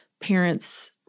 Parents